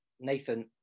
Nathan